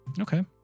Okay